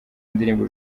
ndirimbo